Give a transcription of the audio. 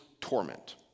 torment